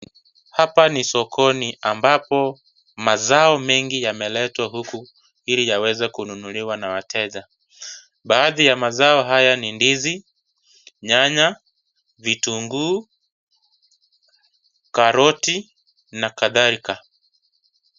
Hapa ni sokoni ambapo mazao mengi yameletwa, ili yaweze kununuliwa na wateja. Baathi ya mazao haya ni ndizi, nyanya, vitunguu, karoti, na kadhalika.